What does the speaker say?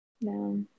No